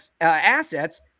assets